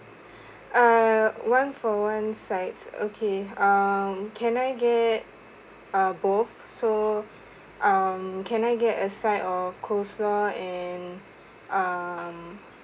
err one for one sides okay um can I get uh both so um can I get a side of coleslaw and um